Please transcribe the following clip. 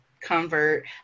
convert